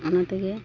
ᱚᱱᱟ ᱛᱮᱜᱮ